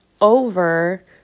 over